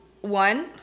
one